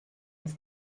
its